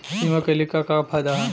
बीमा कइले का का फायदा ह?